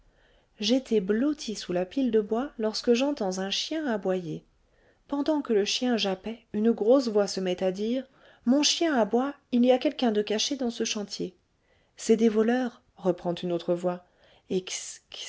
j'étais blottie sous la pile de bois lorsque j'entends un chien aboyer pendant que le chien jappait une grosse voix se met à dire mon chien aboie il y a quelqu'un de caché dans ce chantier c'est des voleurs reprend une autre voix